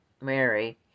Mary